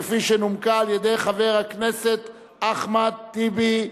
כפי שנומקה על-ידי חבר הכנסת אחמד טיבי.